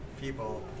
people